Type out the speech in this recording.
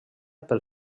pel